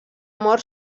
mort